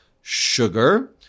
sugar